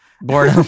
bored